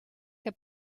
que